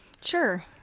Sure